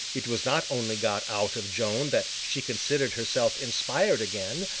it was not only got out of joan that she considered herself inspired again,